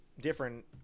different